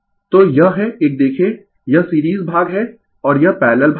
तो यह है एक देखें यह सीरीज भाग है और यह 2 पैरलल भाग है